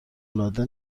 العاده